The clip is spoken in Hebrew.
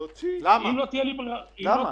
תוציא, תוציא.